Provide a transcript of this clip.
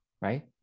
right